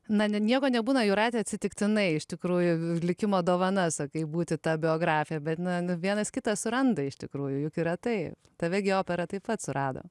na ne nieko nebūna jūrate atsitiktinai iš tikrųjų likimo dovana sakai būti ta biografe bet na vienas kitą suranda iš tikrųjų juk yra taip tave gi opera taip pat surado